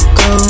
go